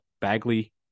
Bagley